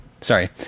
Sorry